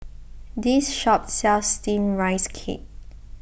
this shop sells Steamed Rice Cake